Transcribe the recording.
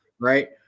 right